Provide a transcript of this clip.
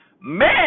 Man